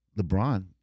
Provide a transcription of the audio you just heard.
LeBron